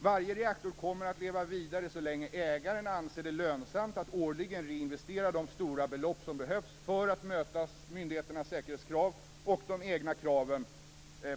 Varje reaktor kommer att leva vidare så länge som ägaren anser att det är lönsamt att årligen reinvestera de stora belopp som behövs för att möta myndigheternas säkerhetskrav och de egna kraven